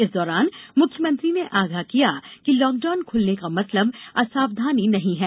इस दौरान मुख्यमंत्री ने आगाह किया कि लॉकडाउन खुलने का मतलब असावधानी नहीं है